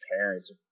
parents